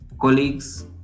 colleagues